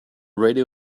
radio